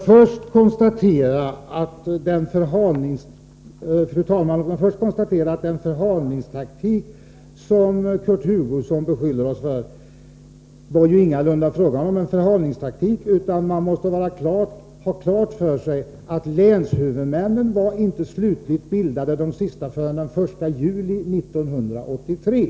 Fru talman! Kurt Hugosson beskyller oss för förhalningstaktik, men det var det ju ingalunda fråga om. Man måste ha klart för sig att de sista länshuvudmännen inte var slutligt bildade förrän den 1 juli 1983.